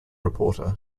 reporter